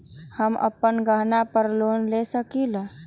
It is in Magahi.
हम अपन गहना पर लोन ले सकील?